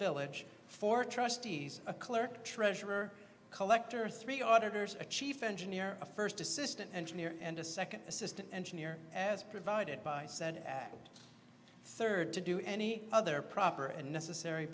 village for trustees a clerk treasurer collector or three auditors a chief engineer or a first assistant engineer and a second assistant engineer as provided by said third to do any other proper and necessary